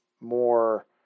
more